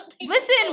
Listen